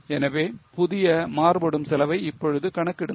எனவே புதிய மாறுபடும் செலவை இப்போது கணக்கிடுங்கள்